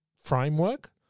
framework